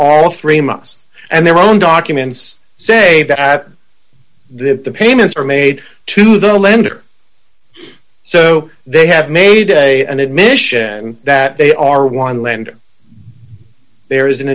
all three months and their own documents say that at the payments are made to the lender so they have made a an admission that they are one lender there is an